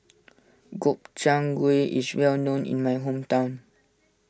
Gobchang Gui is well known in my hometown